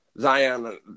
Zion